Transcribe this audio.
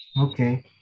Okay